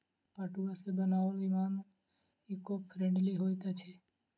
पटुआ सॅ बनाओल सामान ईको फ्रेंडली होइत अछि